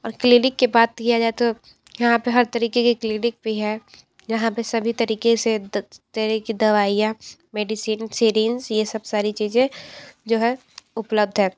और क्लीनिक की बात किया जाए तो यहाँ पर हर तरीक़े के क्लीनिक भी हैं यहाँ पर सभी तरीक़े से तरह की दवाइयाँ मेडिसिन सीरींज यह सब सारी चीज़ें जो है उपलब्ध है